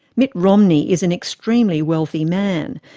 mitt romney is an extremely wealthy man.